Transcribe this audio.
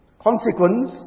consequence